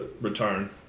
return